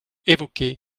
évoqués